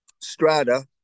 strata